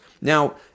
Now